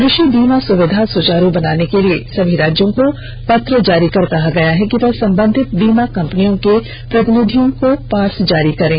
कृषि बीमा सुविधा को सुचारू बनाने के लिए सभी राज्यों को पत्र जारी कर कहा गया है कि वह संबंधित बीमा कंपनियों के प्रतिनिधियों को पास जारी करें